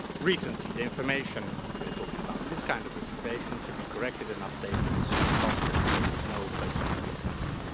recency. the information we're talking about, this kind of information, should be corrected and updated as soon as possible so there's no question of recency.